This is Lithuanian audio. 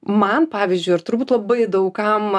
man pavyzdžiui ir turbūt labai daug kam